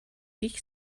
ich